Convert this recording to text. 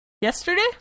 yesterday